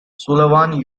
sullivan